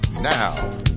now